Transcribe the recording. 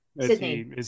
Sydney